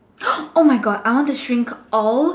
oh my God I want to shrink all